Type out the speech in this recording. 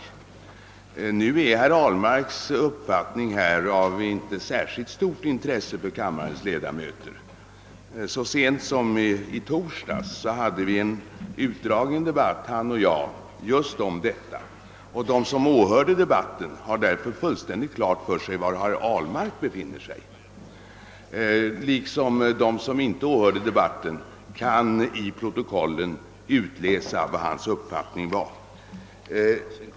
Nu är herr Ahlmarks uppfattning i denna fråga inte av särskilt stort intresse för kammarens ledamöter. Så sent som i torsdags hade han och jag en utdragen debatt just :om detta spörsmål, och de som åhörde denna har därför fullständigt klart för sig var herr Ahlmark står i detta avseende. De som inte åhörde debatten kan ju ur protokollet utläsa vilken hans uppfattning var.